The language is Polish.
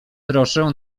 proszę